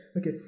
Okay